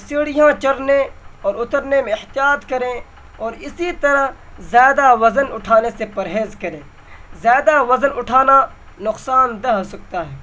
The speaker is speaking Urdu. سیڑھیاں چڑھنے اور اترنے میں احتیاط کریں اور اسی طرح زیادہ وزن اٹھانے سے پرہیز کریں زیادہ وزن اٹھانا نقصان دہ ہو سکتا ہے